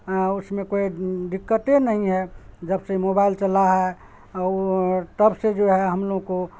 اس میں کوئی دقت نہیں ہے جب سے موبائل چلا ہے تب سے جو ہے ہم لوگ کو